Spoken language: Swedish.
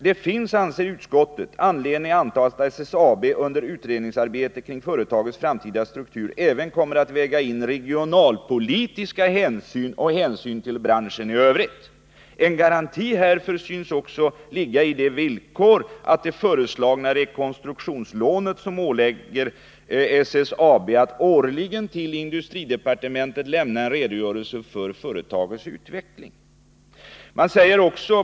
——— Det finns, anser utskottet, anledning antaga att SSAB under utredningsarbetet kring företagets framtida struktur även kommer att väga in regionalpolitiska hänsyn och hänsyn till branschen i övrigt. En garanti härför synes också ligga i det villkor för det föreslagna rekonstruktionslånet som ålägger SSAB att årligen till industridepartementet lämna en redogörelse för företagets utveckling.